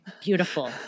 Beautiful